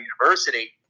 University